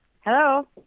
Hello